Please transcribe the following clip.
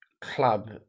club